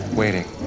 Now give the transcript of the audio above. waiting